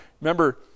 remember